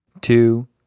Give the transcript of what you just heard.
two